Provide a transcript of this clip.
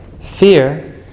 Fear